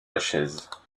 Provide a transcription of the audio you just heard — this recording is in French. lachaise